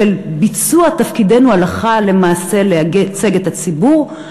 של ביצוע תפקידנו הלכה למעשה לייצג את הציבור,